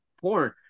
porn